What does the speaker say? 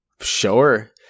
Sure